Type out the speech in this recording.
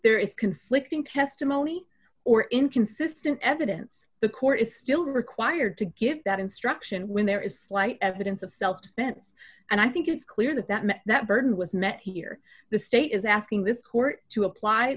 there is conflicting testimony or inconsistent evidence the court is still required to give that instruction when there is slight evidence of self defense and i think it's clear that that meant that burden was met here the state is asking this court to apply